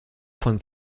von